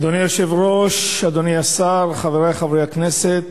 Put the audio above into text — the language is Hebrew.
אדוני היושב-ראש, אדוני השר, חברי חברי הכנסת,